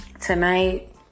tonight